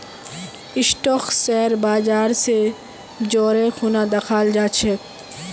stock share बाजर स जोरे खूना दखाल जा छेक